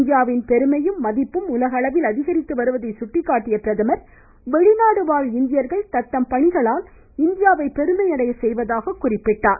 இந்தியாவின் பெருமையும் மதிப்பும் உலகளவில் அதிகரித்து வருவதை சுட்டிக்காட்டிய பிரதமர் வெளிநாடு வாழ் இந்தியர்கள் தத்தம் பணிகளால் இந்தியாவை பெருமையடைய செய்வதாக குறிப்பிட்டார்